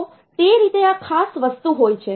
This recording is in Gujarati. તો તે રીતે આ ખાસ વસ્તુ હોય છે